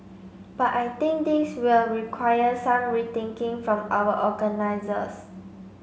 but I think this will require some rethinking from our organisers